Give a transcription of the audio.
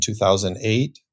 2008